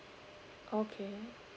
okay